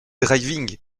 driving